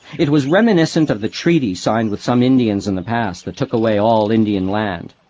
it was reminiscent of the treaties signed with some indians in the past that took away all indian land.